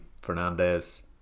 Fernandez